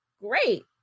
great